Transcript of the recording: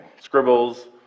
Scribbles